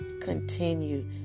continue